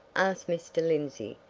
asked mr. lindsey,